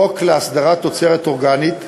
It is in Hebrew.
החוק להסדרת תוצרת אורגנית,